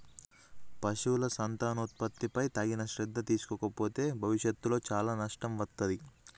పశువుల సంతానోత్పత్తిపై తగిన శ్రద్ధ తీసుకోకపోతే భవిష్యత్తులో చాలా నష్టం వత్తాది